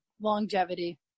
longevity